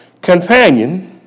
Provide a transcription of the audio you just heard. companion